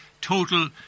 total